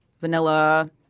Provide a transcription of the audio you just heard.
vanilla